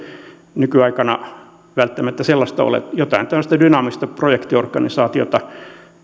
nykyaikana välttämättä sellaista ole jotain tällaista dynaamista projektiorganisaatiota